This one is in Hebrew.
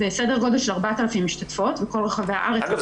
וסדר גודל של 4,000 משתתפות בכל רחבי הארץ בתכניות --- אגב,